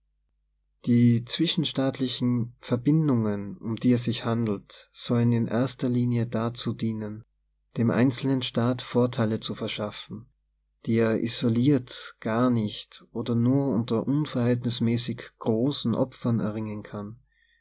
die zwischenstaatlichen verbindungen um die es sich han delt sollen in erster linie dazu dienen dem einzelnen staat vorteile zu verschaffen die er isoliert gar nicht oder nur unter unverhältnismäßig großen opfern er ringen kann